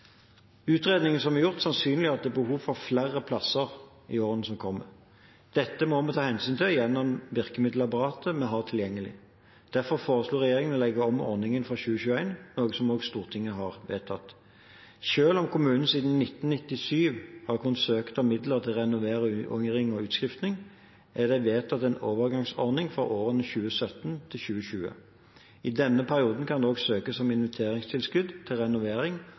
Utredningene som er gjort, sannsynliggjør at det er behov for flere plasser i årene som kommer. Dette må vi ta hensyn til gjennom virkemiddelapparatet vi har tilgjengelig. Derfor foreslo regjeringen å legge om ordningen fra 2021, noe også Stortinget har vedtatt. Selv om kommunene siden 1997 har kunnet søke om midler til renovering og utskifting, er det vedtatt en overgangsordning for årene 2017–2020. I denne perioden kan det også søkes om investeringstilskudd til renovering